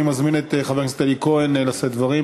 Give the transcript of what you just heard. אני מזמין את חבר הכנסת אלי כהן לשאת דברים,